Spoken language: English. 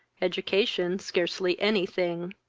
education scarcely any thing.